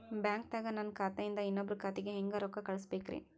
ಬ್ಯಾಂಕ್ದಾಗ ನನ್ ಖಾತೆ ಇಂದ ಇನ್ನೊಬ್ರ ಖಾತೆಗೆ ಹೆಂಗ್ ರೊಕ್ಕ ಕಳಸಬೇಕ್ರಿ?